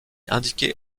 indiquer